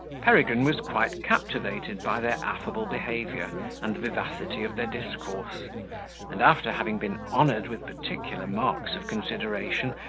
peregrine was quite captivated by their affable behaviour and the vivacity of their discourse and, after having been honoured with particular marks of consideration,